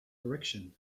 direction